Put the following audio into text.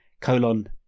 colon